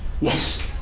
yes